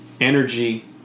energy